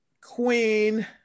Queen